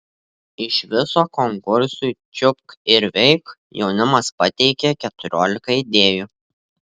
iš viso konkursui čiupk ir veik jaunimas pateikė keturiolika idėjų